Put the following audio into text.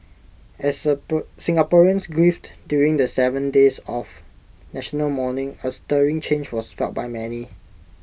as the Singaporeans grieved during the Seven days of national mourning A stirring change was felt by many